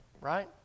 Right